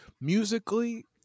Musically